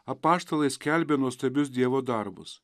apaštalai skelbė nuostabius dievo darbus